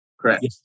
Correct